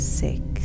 six